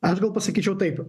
aš gal pasakyčiau taip kai